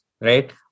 right